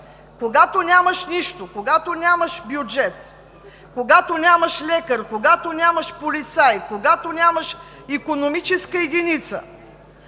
Когато нямаш нищо, когато нямаш бюджет, когато нямаш лекар, когато нямаш полицай, когато нямаш икономическа единица,